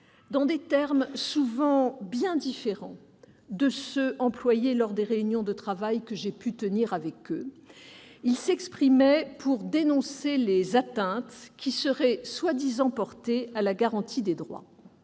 dans des termes souvent bien différents de ceux employés lors des réunions de travail que j'ai pu tenir avec eux, ... Comment est-ce possible ?... pour dénoncer les atteintes qui seraient prétendument portées à la garantie des droits.